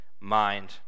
mind